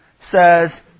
says